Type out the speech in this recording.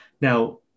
now